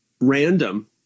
random